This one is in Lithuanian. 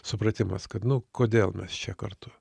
supratimas kad nu kodėl mes čia kartu